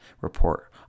report